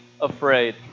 afraid